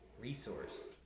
resource